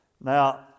Now